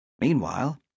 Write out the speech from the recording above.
Meanwhile